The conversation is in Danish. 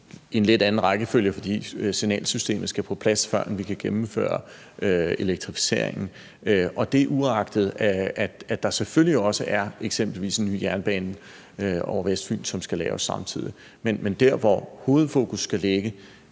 en lidt anden rækkefølge, fordi signalsystemet skal på plads – førend vi kan gennemføre elektrificeringen, og det uagtet at der selvfølgelig eksempelvis også er en ny jernbane over Vestfyn, som skal laves samtidig. Men der, hvor hovedfokus skal ligge,